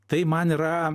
tai man yra